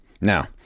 Now